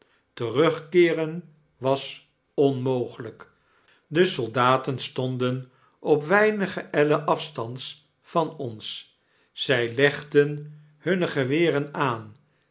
terugkeeren was onmogelyk de soldaten stonden op weinige ellen afstands van ons zy legden hunne geweren aan